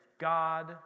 God